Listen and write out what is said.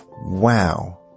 Wow